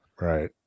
Right